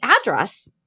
address